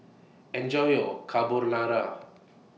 Enjoy your Carbonara